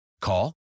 call